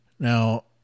Now